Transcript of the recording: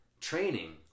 training